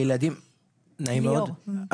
נעים מאוד.